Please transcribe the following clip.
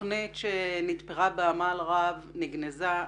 והתוכנית שנתפרה בעמל רב, נגנזה.